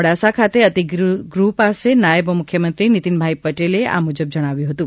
મોડાસા ખાતે અતિથિગૃહ પ્રસંગે નાયબ મુખ્યમંત્રી નિતીનભાઈ પટેલે આ મુજબ જણાવવ્યું હતું